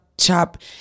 chop